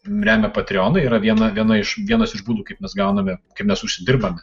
remia patrionai yra viena viena iš vienas iš būdų kaip mes gauname kaip mes užsidirbame